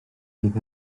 bydd